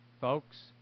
Folks